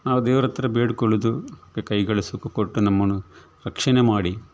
ನಾವು ದೇವರ ಹತ್ರ ಬೇಡ್ಕೊಳ್ಳೋದು ಕೈಗಳು ಸುಖ ಕೊಟ್ಟು ನಮ್ಮನ್ನು ರಕ್ಷಣೆ ಮಾಡಿ